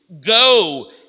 go